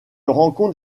rencontre